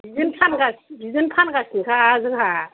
बिदिनो फानगा फानगासिनो बिदिनो फानगासिनोखा जोंहा